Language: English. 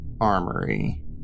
armory